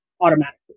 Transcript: automatically